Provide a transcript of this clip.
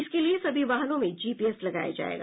इसके लिए सभी वाहनों में जीपीएस लगाया जायेगा